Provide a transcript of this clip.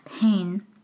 pain